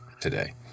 today